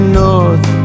north